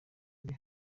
uri